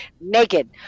naked